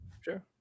Sure